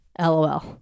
LOL